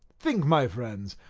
think, my friends,